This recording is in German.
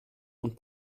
und